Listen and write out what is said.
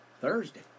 Thursday